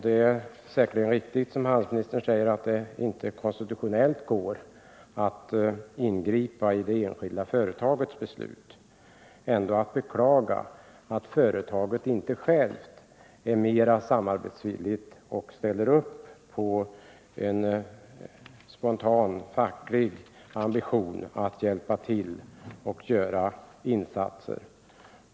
Det är säkerligen riktigt som handelsministern säger i svaret, att det inte är konstitutionellt möjligt att ingripa i det enskilda företagets beslut. Men det är ändå att beklaga att företaget inte självt är mera samarbetsvilligt och inte ställer upp när det gäller en spontan facklig ambition att hjälpa till med insatser.